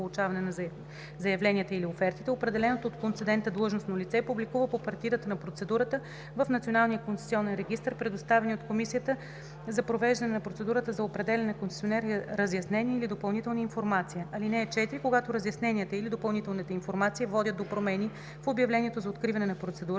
партидата на процедурата в Националния концесионен регистър предоставени от комисията за провеждане на процедура за определяне на концесионер разяснения или допълнителна информация. (4) Когато разясненията или допълнителната информация водят до промени в обявлението за откриване на процедурата